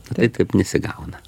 tai taip nesigauna